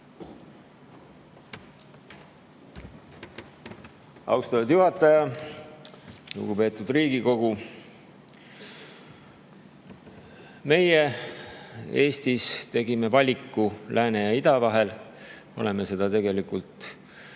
Austatud juhataja! Lugupeetud Riigikogu! Meie Eestis tegime valiku lääne ja ida vahel. Me oleme seda tegelikult